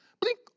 Blink